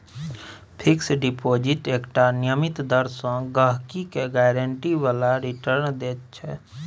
fix deposit एकटा नियमित दर सँ गहिंकी केँ गारंटी बला रिटर्न दैत छै